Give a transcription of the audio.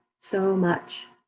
so much,